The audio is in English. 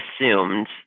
assumed